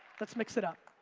let's mix it up.